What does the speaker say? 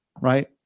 right